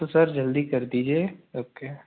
तो सर जल्दी कर दीजिए ओके